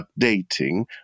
updating